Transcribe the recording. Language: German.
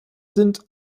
sind